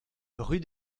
rue